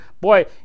boy